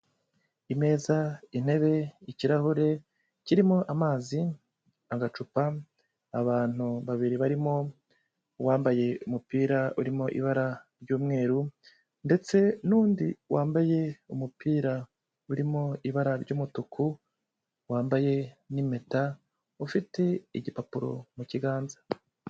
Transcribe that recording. Imeza, intebe, ikirahure kirimo amazi, agacupa, abantu babiri barimo uwambaye umupira urimo ibara ry'umweru ndetse n'undi wambaye umupira urimo ibara ry'umutuku, wambaye n'impeta ufite igipapuro mu kiganza.